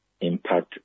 impact